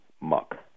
muck